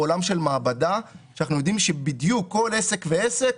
בעולם של מעבדה שאנחנו יודעים שבדיוק כל עסק ועסק,